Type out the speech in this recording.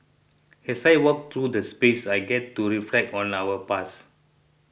as I walk through the space I get to reflect on our past